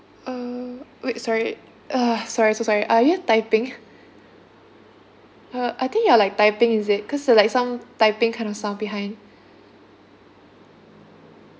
uh wait sorry uh sorry so sorry are you typing uh I think you are like typing is it cause you're like some typing kind of sound behind